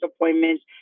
appointments